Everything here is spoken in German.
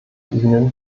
ihnen